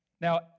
Now